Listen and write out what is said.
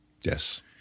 Yes